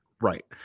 Right